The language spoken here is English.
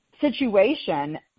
situation